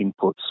inputs